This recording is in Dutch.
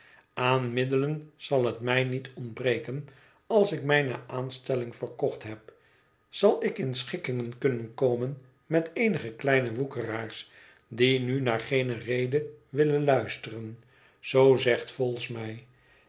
middelen zal het mij niet ontbreken als ik mijne aanstelling verkocht heb zal ik in schikkingen kunnen komen met eenige kleine woekeraars die nu naar geene rede willen luisteren zoo zegt vholes mij